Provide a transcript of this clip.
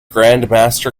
grandmaster